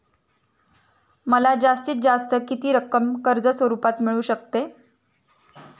मला जास्तीत जास्त किती रक्कम कर्ज स्वरूपात मिळू शकते?